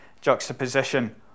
juxtaposition